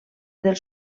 del